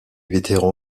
vétéran